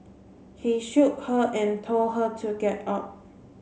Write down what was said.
he shook her and told her to get up